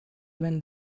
when